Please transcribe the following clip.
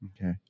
Okay